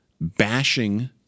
bashing